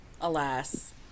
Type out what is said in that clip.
Alas